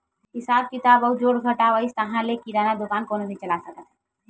हिसाब किताब अउ जोड़ घटाव अइस ताहाँले किराना दुकान कोनो भी चला सकत हे